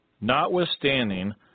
Notwithstanding